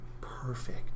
perfect